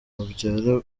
babyara